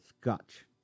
Scotch